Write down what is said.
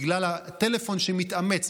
בגלל הטלפון שמתאמץ.